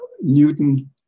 Newton